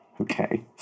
Okay